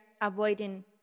avoiding